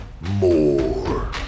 More